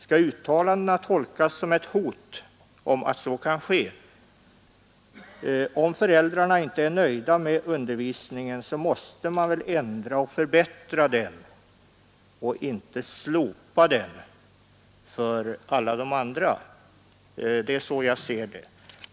Skall uttalandena tolkas som ett hot om att så kommer att ske? Om föräldrarna inte är nöjda med undervisningen måste man väl ändra och förbättra den och inte slopa den för alla de andra. Det är så jag ser det.